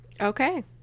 Okay